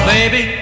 Baby